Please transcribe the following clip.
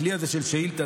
הכלי הזה של שאילתה,